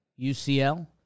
UCL